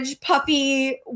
puppy